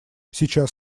сейчас